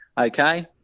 Okay